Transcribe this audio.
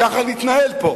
ככה נתנהל פה.